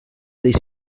dir